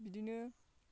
बिदिनो